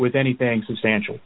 with anything substantial